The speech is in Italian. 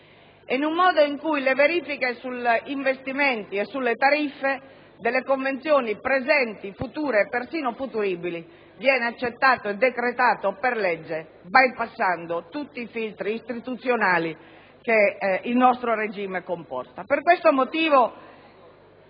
in un modo in cui le verifiche sugli investimenti e sulle tariffe delle convenzioni presenti, future e persino futuribili viene accettato e decretato per legge, bypassando tutti i filtri istituzionali che il nostro regime comporta.